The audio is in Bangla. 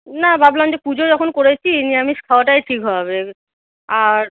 না ভাবলাম যে পুজো যখন করেছি নিরামিষ খাওয়াটাই ঠিক হবে আর